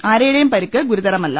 ആരുടെയും പരിക്ക് ഗുരുതരമല്ല